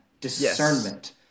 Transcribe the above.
discernment